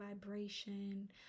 vibration